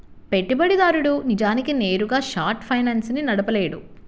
పెట్టుబడిదారుడు నిజానికి నేరుగా షార్ట్ ఫైనాన్స్ ని నడపలేడు